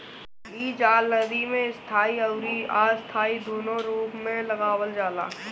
इ जाल नदी में स्थाई अउरी अस्थाई दूनो रूप में लगावल जाला